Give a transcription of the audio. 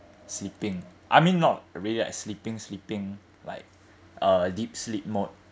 sleeping I mean not really like sleeping sleeping like uh deep sleep mode